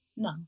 No